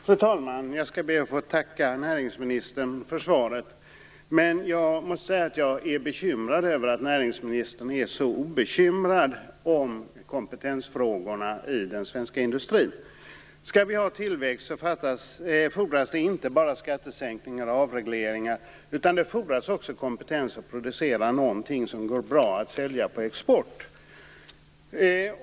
Fru talman! Jag ber att få tacka näringsministern för svaret. Jag måste dock säga att jag är bekymrad över att näringsministern är så obekymrad när det gäller kompetensfrågorna och den svenska industrin. Skall vi ha tillväxt, fordras det inte bara skattesänkningar och avregleringar utan också en kompetens att producera något som det går bra att sälja på export.